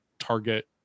Target